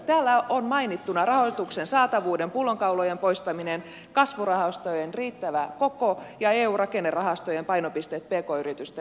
täällä on mainittuna rahoituksen saatavuuden pullonkaulojen poistaminen kasvurahastojen riittävä koko ja eu rakennerahastojen painopisteet pk yritysten hankkeisiin